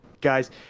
guys